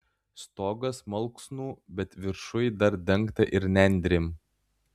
stogas malksnų bet viršuj dar dengta ir nendrėm